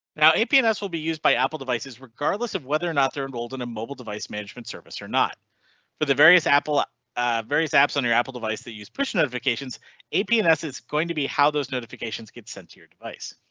now a pns will be used by apple devices regardless of whether or not they are enrolled in a mobile device management service or not for the various apple ah various apps on your apple device that use push notifications apn s is. going to be how those notifications get sent to your device.